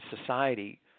society